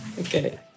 Okay